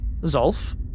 Zolf